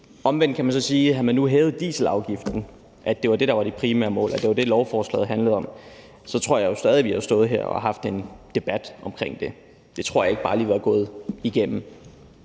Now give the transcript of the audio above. Omvendt kan man så sige: Havde man nu hævet dieselafgiften – hvis det var det, der var det primære mål og det, lovforslaget handlede om – tror jeg jo, vi stadig havde stået her og haft en debat om det. Det tror jeg ikke bare lige var gået igennem.